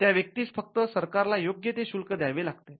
त्या व्यक्तीस फक्त सरकारला योग्य ते शुल्क द्यावे लागते